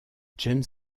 james